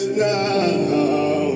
now